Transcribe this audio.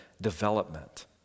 development